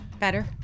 Better